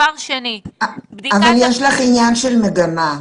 אבל יש לך עניין של מגמה.